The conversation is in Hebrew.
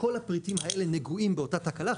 כל הפריטים האלה נגועים באותה תקלה,